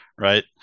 Right